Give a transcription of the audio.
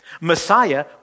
Messiah